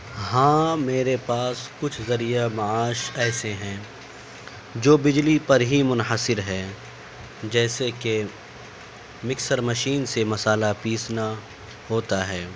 ہاں میرے پاس کچھ ذریعہ معاش ایسے ہیں جو بجلی پر ہی منحصر ہیں جیسے کہ مکسر مشین سے مسالا پیسنا ہوتا ہے